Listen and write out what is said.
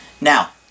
Now